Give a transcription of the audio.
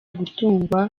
gutungwa